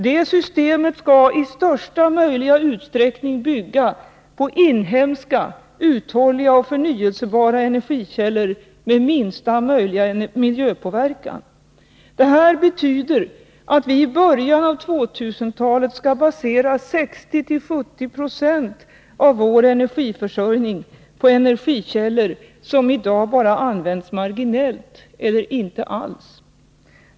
Det systemet skall i största möjliga utsträckning bygga på inhemska, uthålliga och förnyelsebara energikällor med minsta möjliga miljöpåverkan. Det här betyder att vi i början av 2000-talet skall basera 60-70 96 av vår energiförsörjning på energikällor som i dag bara används marginellt eller inte alls.